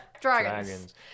Dragons